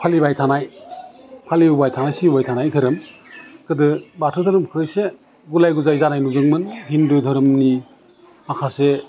फालिबाय थानाय फालिबोबाय थानाय सिबिबोबाय थानाय दोहोरोम गोदो बाथौ दोहोरोमखौ एसे गुलाय गुजाय जानाय नुदोंमोन हिन्दु दोहोरोमनि माखासे